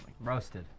Roasted